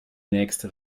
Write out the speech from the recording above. nächste